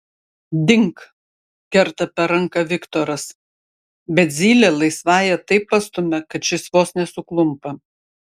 dink kerta per ranką viktoras bet zylė laisvąja taip pastumia kad šis vos nesuklumpa